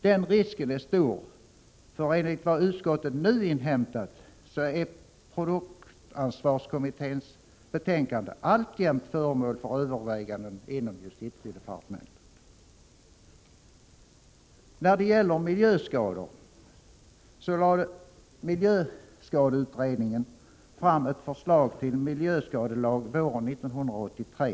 Den risken är stor, för enligt vad utskottet nu inhämtat är produktansvarskommitténs betänkande alltjämt föremål för överväganden inom justitiedepartementet. När det gäller miljöskador vill jag peka på att miljöskadeutredningen lade fram ett förslag till miljöskadelag våren 1983.